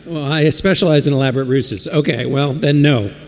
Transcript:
i ah specialize in elaborate ruses. ok, well then no,